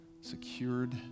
secured